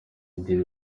indimi